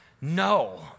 No